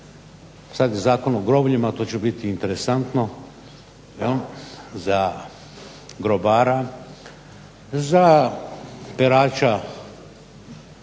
sad je Zakon o grobljima, to će biti interesantno, za grobara, za perača